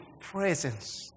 presence